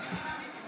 (קוראת בשמות